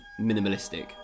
minimalistic